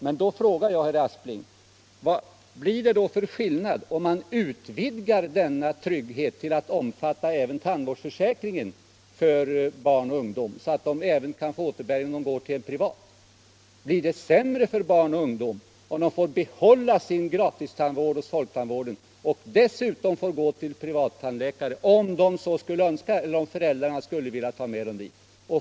Men då frågar jag, herr Aspling: Vad blir det då för skillnad om man utvidgar denna trygghet till att omfatta även tandvårdsförsäkringen för barn och ungdom, så att de kan få återbäring även om de går till en privat tandläkare? Blir det sämre för barn och ungdom om de får behålla sin gratistandvård hos folktandvården och dessutom får återbäring för tandvård hos privattandläkare, om de skulle önska gå till en sådan eller om föräldrarna skulle vilja ta dem med dit?